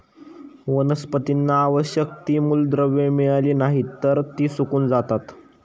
वनस्पतींना आवश्यक ती मूलद्रव्ये मिळाली नाहीत, तर ती सुकून जातात